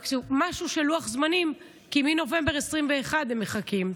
משהו, לוח זמנים, כי מנובמבר 2021 הם מחכים.